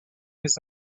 his